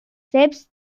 selbst